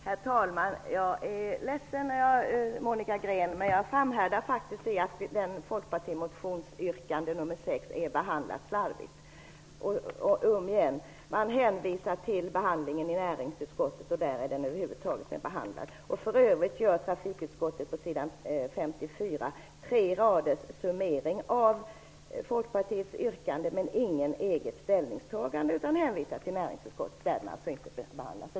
Herr talman! Jag är ledsen, Monica Green, men jag framhärdar faktiskt i att Folkpartiets motionsyrkande nr 6 har behandlats slarvigt. Man hänvisar till behandlingen i näringsutskottet, där den över huvud taget inte är behandlad. För övrigt gör trafikutskottet på s. 54 en summering på tre rader av Folkpartiets yrkande men inget eget ställningstagande utan hänvisar till näringsutskottet, där det alltså inte behandlas.